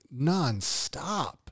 nonstop